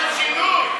לשם שינוי.